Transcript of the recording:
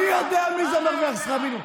אני יודע מי מרוויח שכר מינימום.